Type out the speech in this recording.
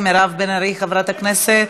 מירב בן ארי, חברת הכנסת,